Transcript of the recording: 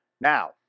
Now